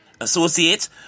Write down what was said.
associates